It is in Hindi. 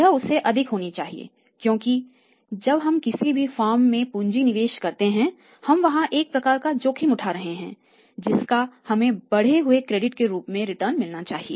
यह उससे अधिक होना चाहिए क्योंकि जब हम किसी भी फॉर्म में पूंजी निवेश करते हैं हम वहां एक प्रकार का जोखिम उठाते है जिसका हमें बड़े हुए क्रेडिट के रूप में रिटर्न मिलना चाहिए